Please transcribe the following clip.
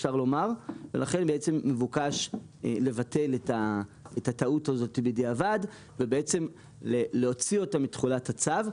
ולכן מתבקש לבטל את הטעות הזאת בדיעבד ולהוציא אותה מתחולת הצו,